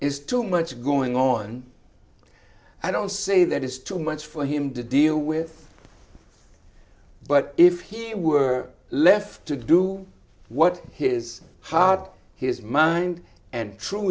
is too much going on i don't say that is too much for him to deal with but if he were left to do what his heart his mind and true